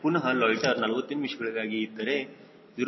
ಪುನಹ ಲೊಯ್ಟ್ಟೆರ್ 40 ನಿಮಿಷಗಳಿಗಾಗಿ ಇದ್ದಾರೆ 0